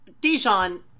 Dijon